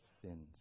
sins